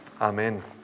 Amen